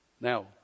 Now